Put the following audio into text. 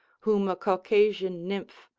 whom a caucasian nymph,